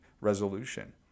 resolution